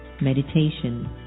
Meditation